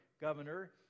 governor